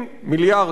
מיליארדים.